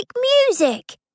music